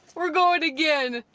we're going again!